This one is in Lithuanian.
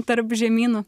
tarp žemynų